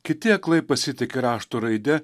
kiti aklai pasitiki rašto raide